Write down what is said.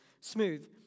smooth